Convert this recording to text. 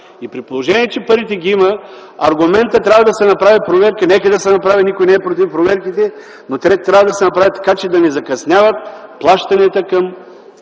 И при положение, че парите ги има, аргументът, че трябва да се направи проверка – нека да се направи, никой не е против проверките, но те трябва да се направят така, че да не закъсняват плащанията към